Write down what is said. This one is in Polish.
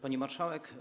Pani Marszałek!